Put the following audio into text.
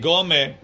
Gome